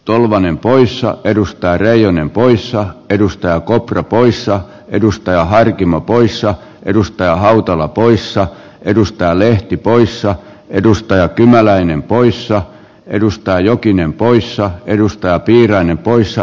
tolvanen porissa edustaa reijonen porissa edustaako pro poissa edustaja helkimo poissa edustaja hento lapuissa edustaa lehtipuissa edustaja kymäläinen poissa edustaa jokinen poissa edustaa piirainen poissa